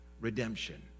redemption